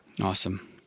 Awesome